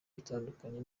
bitandukanye